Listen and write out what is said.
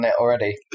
already